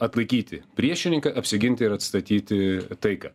atlaikyti priešininką apsiginti ir atstatyti taiką